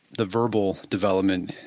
the verbal development.